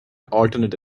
alternate